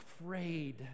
afraid